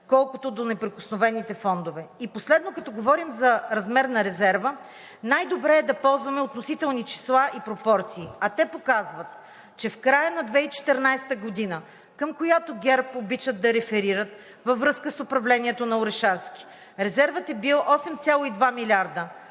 колкото до неприкосновените фондове. И последно, като говорим за размер на резерва, най-добре е да ползваме относителни числа и пропорции. А те показват, че в края на 2014 г., към която ГЕРБ обичат да реферират във връзка с управлението на Орешарски, резервът е бил 8,2 милиарда,